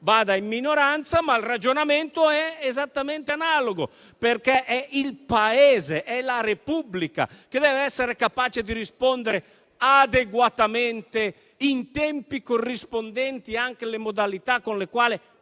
vada in minoranza, ma il ragionamento è esattamente analogo, perché è il Paese, è la Repubblica che deve essere capace di rispondere adeguatamente in tempi corrispondenti anche alle modalità con le quali